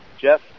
Jeff